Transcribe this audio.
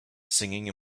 singing